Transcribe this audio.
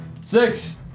six